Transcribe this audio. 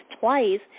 twice